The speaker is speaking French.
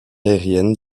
aérienne